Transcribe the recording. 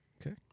Okay